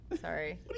Sorry